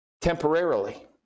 temporarily